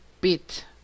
bit